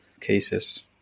cases